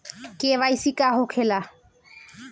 KYC का होखेला?